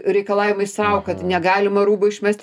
reikalavimai sau negalima rūbo išmest